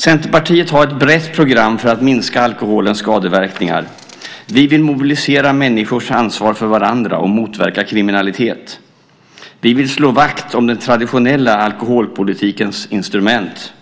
Centerpartiet har ett brett program för att minska alkoholens skadeverkningar. Vi vill mobilisera människors ansvar för varandra och motverka kriminalitet. Vi vill slå vakt om den traditionella alkoholpolitikens instrument,